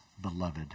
beloved